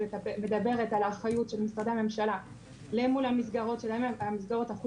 שמדברת על האחריות של משרדי הממשלה מול המסגרות החוץ-ביתיות.